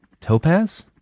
Topaz